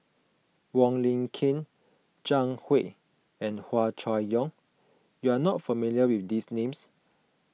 Wong Lin Ken Zhang Hui and Hua Chai Yong you are not familiar with these names